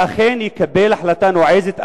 שאכן יקבל החלטה נועזת,